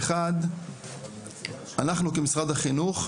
אחד אנחנו כמשרד החינוך,